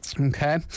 Okay